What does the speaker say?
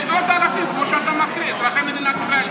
זה מאות אלפים, כמו שאתה מכיר, אזרחי מדינת ישראל.